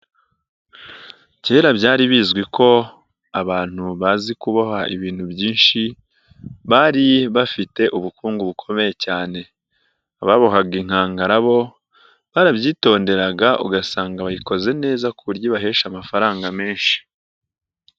Kera byari bizwi ko abantu bazi kuboha ibintu byinshi bari bafite ubukungu bukomeye cyane, ababohaga inkangara bo barabyitonderaga ugasanga bayikoze neza ku buryo ibahesha amafaranga menshi.